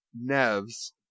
Nev's